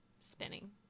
spinning